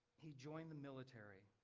he joined the military.